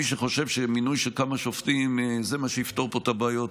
מי שחושב שמינוי של כמה שופטים הוא מה שיפתור פה את הבעיות,